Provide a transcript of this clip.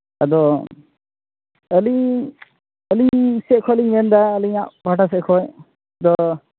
ᱟᱫᱚ ᱟᱹᱰᱤ ᱟᱹᱰᱤ ᱥᱮᱡ ᱠᱷᱚᱱ ᱞᱤᱧ ᱧᱮᱞᱫᱟ ᱟᱹᱞᱤᱧᱟᱜ ᱯᱟᱦᱚᱴᱟ ᱥᱮᱫ ᱠᱷᱚᱡ ᱫᱚ